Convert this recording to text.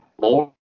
more